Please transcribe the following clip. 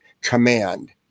command